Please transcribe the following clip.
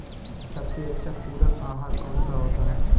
सबसे अच्छा पूरक आहार कौन सा होता है?